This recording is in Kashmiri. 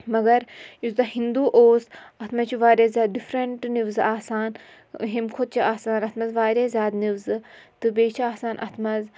مگر یُس دَ ہِندوٗ اوس اَتھ منٛز چھِ واریاہ زیادٕ ڈِفرَنٹ نِوزٕ آسان ہُمہِ کھۄتہٕ چھِ آسان اَتھ منٛز واریاہ زیادٕ نِوزٕ تہٕ بیٚیہِ چھِ آسان اَتھ منٛز